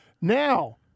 now